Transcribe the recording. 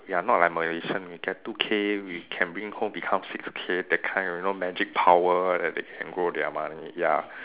ya not like Malaysian we get two K we can bring home became six K that kind of magic power that they can hold their money ya